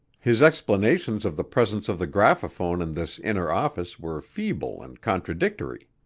his explanations of the presence of the graphophone in this inner office were feeble and contradictory.